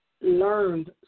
learned